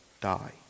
die